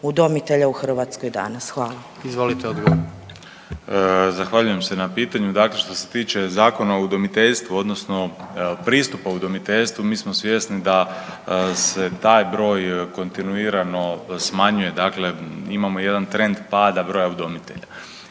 Izvolite odgovor. **Aladrović, Josip (HDZ)** Zahvaljujem se na pitanju. Dakle, što se tiče Zakona o udomiteljstvu odnosno pristupa udomiteljstvu mi smo svjesni da se taj broj kontinuirano smanjuje, dakle imamo jedan trend pada broja udomitelja.